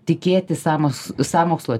tikėti samos sąmokslo